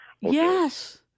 Yes